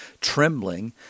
trembling